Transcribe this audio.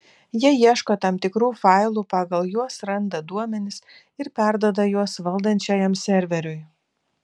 jie ieško tam tikrų failų pagal juos randa duomenis ir perduoda juos valdančiajam serveriui